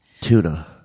Tuna